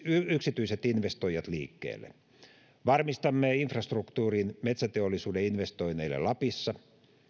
yksityiset investoijat liikkeelle varmistamme infrastruktuurin metsäteollisuuden investoinneille lapissa